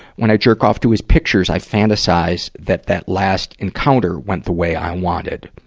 when i jerk off to his pictures, i fantasize that that last encounter went the way i wanted.